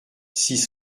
six